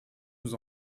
nous